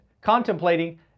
contemplating